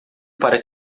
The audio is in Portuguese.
para